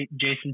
Jason